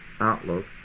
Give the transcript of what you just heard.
outlook